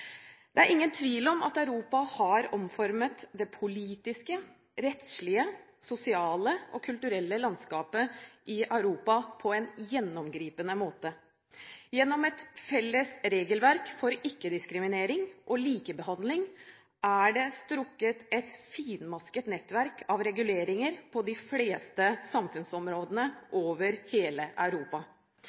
Det er ingen tvil om at EU har omformet det politiske, rettslige, sosiale og kulturelle landskapet i Europa på en gjennomgripende måte. Gjennom et felles regelverk for ikke-diskriminering og likebehandling er det strukket et finmasket nettverk av reguleringer på de fleste samfunnsområdene over hele Europa.